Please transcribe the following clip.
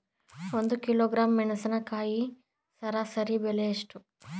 ಒಂದು ಕಿಲೋಗ್ರಾಂ ಮೆಣಸಿನಕಾಯಿ ಸರಾಸರಿ ಬೆಲೆ ಎಷ್ಟು?